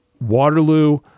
Waterloo